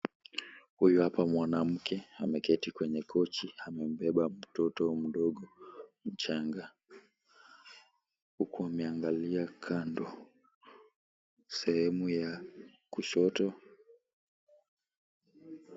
Huyu hapa mwanamke ameketi kwenye kochi amembeba mtoto mdogo mchanga, huku ameangalia kando sehemu ya kushoto.